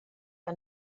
que